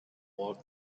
walk